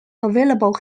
available